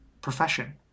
profession